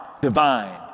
divine